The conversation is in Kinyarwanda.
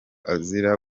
azira